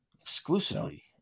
Exclusively